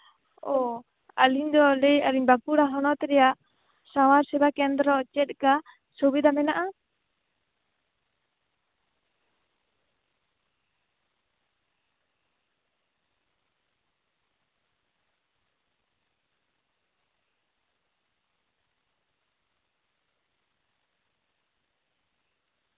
ᱚ ᱟᱞᱤᱧ ᱫᱚ ᱞᱟᱹᱭᱮᱜᱼᱟ ᱞᱤᱧ ᱵᱟᱸᱠᱩᱲᱟ ᱦᱚᱱᱚᱛ ᱨᱮᱭᱟᱜ ᱥᱟᱶᱟᱨ ᱥᱮᱵᱟ ᱠᱮᱱᱫᱨᱚ ᱪᱮᱫ ᱞᱮᱠᱟ ᱥᱩᱵᱤᱫᱟ ᱢᱮᱱᱟᱜᱼᱟ